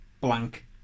Blank